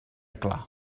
clar